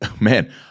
man